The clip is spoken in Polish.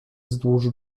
wzdłuż